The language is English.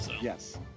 Yes